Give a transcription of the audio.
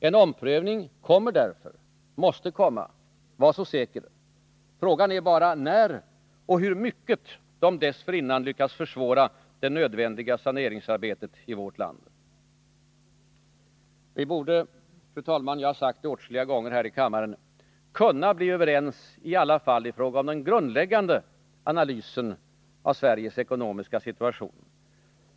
En omprövning kommer därför, den måste komma, var så säker. Frågan är bara när och hur mycket de dessförinnan lyckats försvåra det nödvändiga saneringsarbetet i vårt land. Fru talman! Vi borde — jag har sagt det åtskilliga gånger här i kammaren — kunna bli överens i alla fall i fråga om den grundläggande analysen av Sveriges ekonomiska situation.